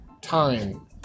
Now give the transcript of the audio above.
time